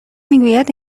میگوید